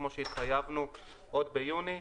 כמו שהתחייבנו עוד ביוני.